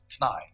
tonight